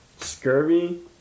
Scurvy